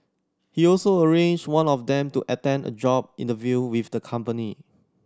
he also arranged one of them to attend a job interview with the company